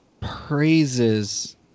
praises